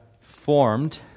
formed